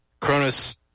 Cronus